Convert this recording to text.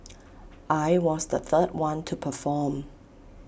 I was the third one to perform